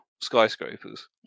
skyscrapers